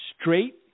straight